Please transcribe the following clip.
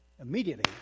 Immediately